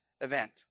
event